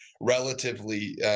relatively